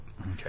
Okay